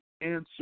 answer